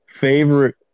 favorite